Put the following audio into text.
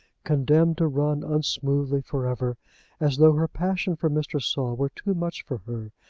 condemned to run unsmoothly for ever as though her passion for mr. saul were too much for her,